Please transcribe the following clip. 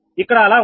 ఇక్కడ అలా ఉండండి